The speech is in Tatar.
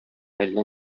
әллә